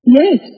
yes